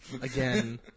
again